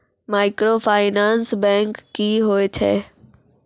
Microfinance bank की होय छै?